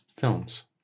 Films